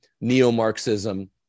Neo-Marxism